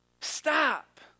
stop